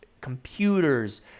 computers